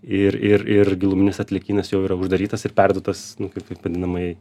ir ir ir giluminis atliekynas jau yra uždarytas ir perduotas nu kaip kaip vadinamai